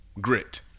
Grit